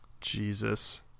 Jesus